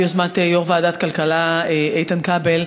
ביוזמת יושב-ראש ועדת הכלכלה איתן כבל,